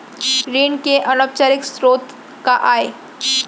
ऋण के अनौपचारिक स्रोत का आय?